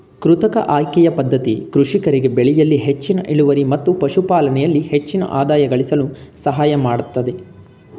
ಕೃತಕ ಆಯ್ಕೆಯ ಪದ್ಧತಿ ಕೃಷಿಕರಿಗೆ ಬೆಳೆಯಲ್ಲಿ ಹೆಚ್ಚಿನ ಇಳುವರಿ ಮತ್ತು ಪಶುಪಾಲನೆಯಲ್ಲಿ ಹೆಚ್ಚಿನ ಆದಾಯ ಗಳಿಸಲು ಸಹಾಯಮಾಡತ್ತದೆ